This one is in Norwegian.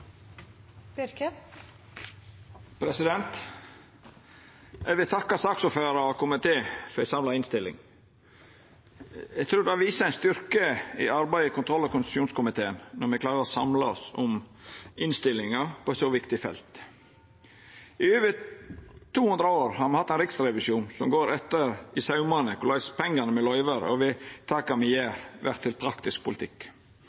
Eg vil takka saksordføraren og komiteen for ei samla innstilling. Eg trur det viser ein styrke i arbeidet i kontroll- og konstitusjonskomiteen når me klarar å samla oss om innstillinga på eit så viktig felt. I over 200 år har me hatt ein riksrevisjon som går etter i saumane korleis pengane me løyver, og vedtaka me gjer, vert til praktisk politikk.